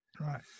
Right